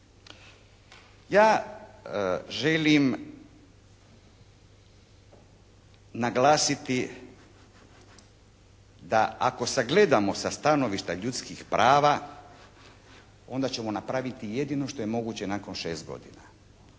Ja želim naglasiti da ako sagledamo sa stanovišta ljudskih prava onda ćemo napraviti jedino što je moguće nakon 6 godina.